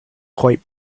quite